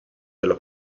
della